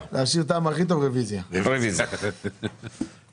ון שהביצוע הזאת היה קצת יותר נמוך מהתחזית שחזינו בעת אישור התקציב.